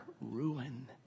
Ruin